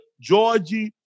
Georgie